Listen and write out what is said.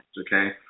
okay